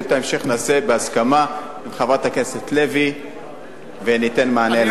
ואת ההמשך נעשה בהסכמה עם חברת הכנסת לוי וניתן מענה לבעיה.